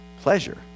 pleasure